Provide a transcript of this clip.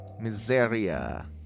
Miseria